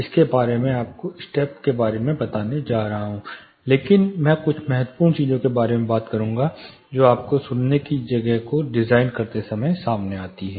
इसके बारे में मैं आपको चरण के बारे में नहीं बताने जा रहा हूँ लेकिन मैं कुछ महत्वपूर्ण चीजों के बारे में बात करूँगा जो आपके सुनने की जगह को डिज़ाइन करते समय सामने आती हैं